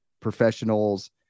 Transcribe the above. professionals